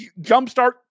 jumpstart